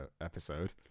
episode